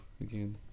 again